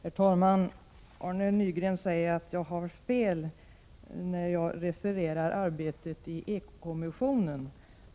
Herr talman! Arne Nygren säger att jag har fel när jag refererar arbetet i eko-kommissionen.